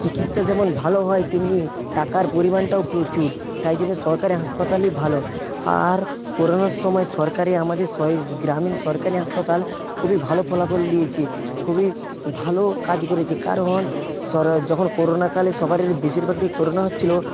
চিকিৎসা যেমন ভালো হয় তেমনি টাকার পরিমাণটাও প্রচুর তাই জন্যে সরকারি হাসপাতালই ভালো আর করোনার সময় সরকারি আমাদের গ্রামীণ সরকারি হাসপাতাল খুবই ভালো ফলাফল দিয়েছে খুবই ভালো কাজ করেছে কারণ যখন করোনাকালে সবারই বেশিরভাগটাই করোনা হচ্ছিলো